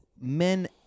men